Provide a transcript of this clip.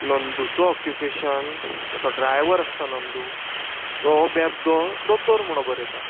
नंदूचो occupation जो तो driver आसता नंदू तो बेबदो दोतोर म्हणोन बरयता